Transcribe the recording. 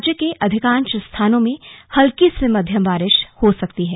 राज्य के अधिकांश स्थानों में हल्की से मध्यम बारिश हो सकती है